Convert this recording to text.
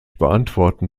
beantworten